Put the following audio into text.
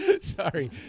sorry